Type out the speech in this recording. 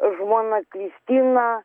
žmona kristina